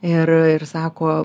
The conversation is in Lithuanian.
ir ir sako